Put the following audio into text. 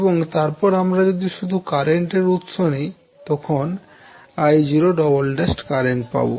এবং তারপর আমরা যদি শুধু কারেন্টের উৎস নিই তখন I0′′ কারেন্ট পাবো